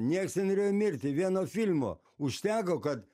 nieks nenorėjo mirti vieno filmo užteko kad